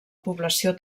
població